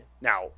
Now